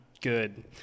good